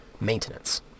maintenance